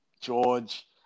George